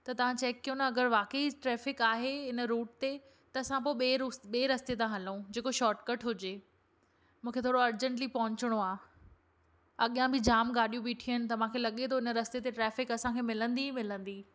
त तव्हां चेक कयो न अॻरि वाक़ई ट्रैफ़िक आहे हिन रुट ते त असां पो बे॒ई रस्ते खां हलूं जेको शॉर्टकट हुजे मूंखे थोरो अर्जेंटली पहुचणो आ अॻियां बि जाम गाॾियूं ॿीठियूं आहिनि त मूंखे लॻे तो हुन रस्ते ते ट्रैफ़िक असांखे मिलंदी ई मिलंदी